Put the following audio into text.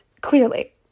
clearly